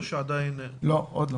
עוד לא.